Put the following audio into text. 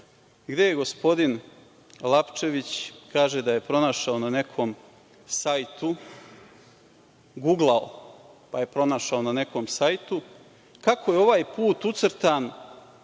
gde gospodin Lapčević kaže da je pronašao na nekom sajtu, guglao, pa je pronašao na nekom sajtu kako je ovaj put ucrtan